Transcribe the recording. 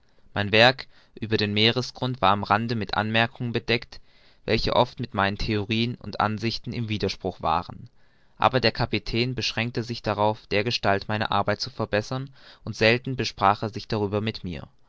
mein werk über den meeresgrund war am rande mit anmerkungen bedeckt welche oft mit meinen theorien und ansichten im widerspruch waren aber der kapitän beschränkte sich darauf dergestalt meine arbeit zu verbessern und selten besprach er sich darüber mit mir